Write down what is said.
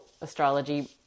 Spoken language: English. astrology